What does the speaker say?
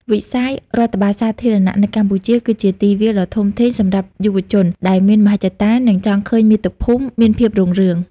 វិស័យរដ្ឋបាលសាធារណៈនៅកម្ពុជា គឺជាទីវាលដ៏ធំធេងសម្រាប់យុវជនដែលមានមហិច្ឆតា និងចង់ឃើញមាតុភូមិមានភាពរុងរឿង។